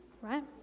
right